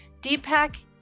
Deepak